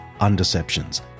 undeceptions